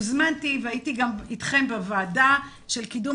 הוזמנתי והייתי אתכם בוועדה של קידום